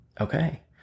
Okay